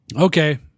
Okay